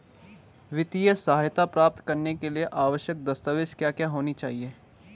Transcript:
वित्तीय सहायता प्राप्त करने के लिए आवश्यक दस्तावेज क्या क्या होनी चाहिए?